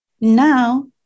now